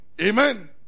Amen